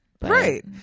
Right